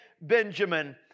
Benjamin